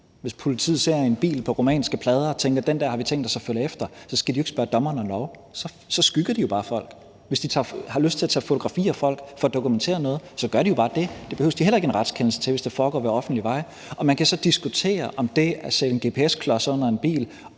Hvis politiet ser en bil på rumænske plader og tænker, at den der har vi tænkt os at følge efter, så skal de jo ikke spørge dommeren om lov. Så skygger de jo bare folk, og hvis de har lyst til at tage et fotografi af folk og få dokumenteret noget, så gør de jo bare det. Det behøver de heller ikke en retskendelse til, hvis det foregår ved en offentlig vej, og man kan så diskutere, om det at sætte en gps-klods under en bil